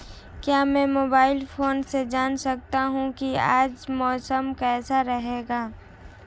क्या मैं mobile phone से जान सकता हूँ कि आज मौसम कैसा रहेगा?